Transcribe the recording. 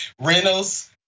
Reynolds